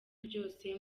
ryose